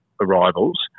arrivals